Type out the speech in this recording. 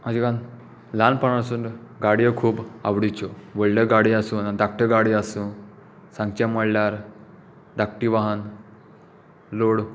म्हाजा ल्हानपणासून गाडयो खूब आवडीच्यो व्हडल्यो गाडयो आसूं धाकट्यो गाडयो आसूं सांगचें म्हळ्यार धाकटी वाहन लाॅड